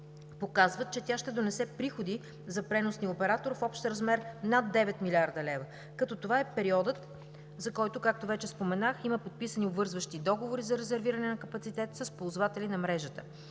показват, че тя ще донесе приходи за преносния оператор в общ размер над 9 млрд. лв., като това е периодът, за който, както вече споменах, има подписани обвързващи договори за резервиране на капацитет с ползватели на мрежата.